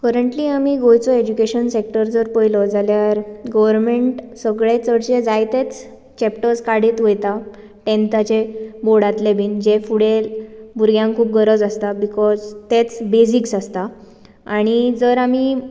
currently आमी गोंयचो education sector जर पळयलो जाल्यार गवर्मेंट सगळे चडशे जायतेच चॅपटर्स काडीत वयता टेंथाचे बोर्डांतले बीन जे फुडें भुरग्यांक खूब गरज आसता बिकॉज तेंच बॅसिक्स आसता आनी जर आमी